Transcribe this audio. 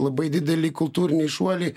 labai didelį kultūrinį šuolį